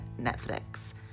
Netflix